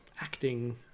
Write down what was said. Acting